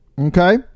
Okay